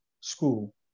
school